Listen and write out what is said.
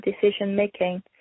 decision-making